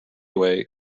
way